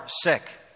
sick